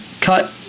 cut